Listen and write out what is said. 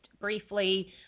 briefly